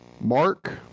Mark